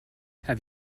have